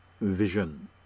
vision